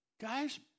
Guys